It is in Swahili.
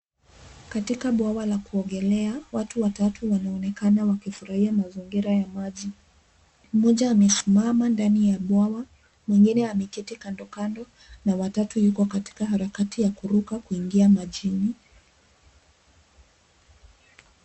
Katika bwawa la kuogelea, watu watatu wanaonekana wakifurahia mazingira ya maji. Mmoja amesimama ndani ya bwawa, mwingine ameketi kando kando, na watatu yuko katika harakati ya kuruka, kuingia majini.